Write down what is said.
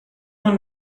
نوع